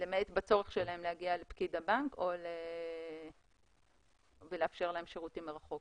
למעט בצורך שלהם להגיע לפקיד הבנק ולאפשר להם שירותים מרחוק.